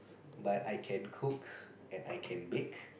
but I can cook and I can bake